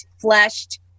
fleshed